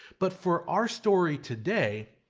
but for our story today,